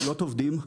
לקלוט עובדים.